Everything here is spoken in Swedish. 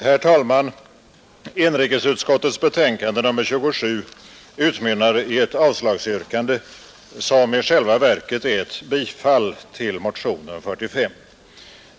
Herr talman! Inrikesutskottets betänkande nr 27 utmynnar i ett avslagsyrkande som i själva verket är ett bifall till motionen 45.